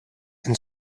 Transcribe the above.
and